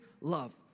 love